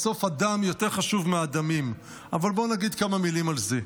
בסוף הדם יותר חשוב מהדמים, אבל בואו נגיד כמה מילים על זה.